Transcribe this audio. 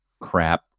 crap